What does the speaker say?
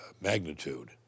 magnitude